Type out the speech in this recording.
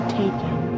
taken